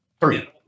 three